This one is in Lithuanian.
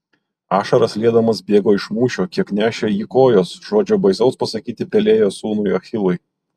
ašaras liedamas bėgo iš mūšio kiek nešė jį kojos žodžio baisaus pasakyti pelėjo sūnui achilui